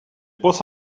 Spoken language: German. boss